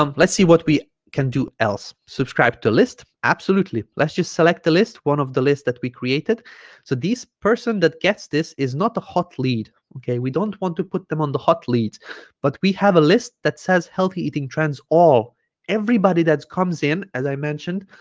um let's see what we can do else subscribe to list absolutely let's just select the list one of the lists that we created so this person that gets this is not a hot lead okay we don't want to put them on the hot leads but we have a list that says healthy eating trends all everybody that comes in as i mentioned